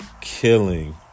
Killing